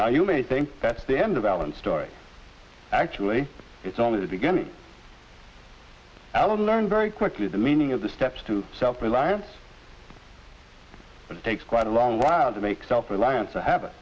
now you may think that's the end of alland story actually it's only the beginning i would learn very quickly the meaning of the steps to self reliance but it takes quite a long while to make self reliance a habit